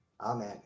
Amen